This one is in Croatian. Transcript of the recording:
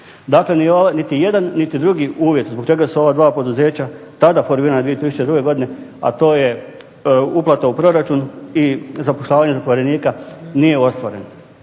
Dakle niti jedan, niti drugi uvjet zbog čega su ova dva poduzeća tada formirana 2002. godine, a to je uplata u proračun i zapošljavanje zatvorenika nije ostvaren.